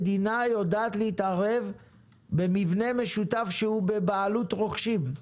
המדינה יודעת להתערב במבנה משותף שהוא בבעלות ורוכשים,